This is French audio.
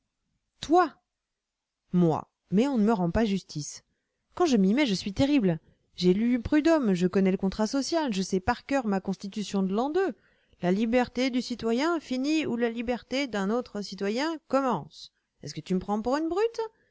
toi moi mais on ne me rend pas justice quand je m'y mets je suis terrible j'ai lu prud'homme je connais le contrat social je sais par coeur ma constitution de l'an deux la liberté du citoyen finit où la liberté d'un autre citoyen commence est-ce que tu me prends pour une brute